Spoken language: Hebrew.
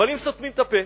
אבל אם סותמים את הפה?